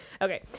okay